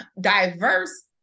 diverse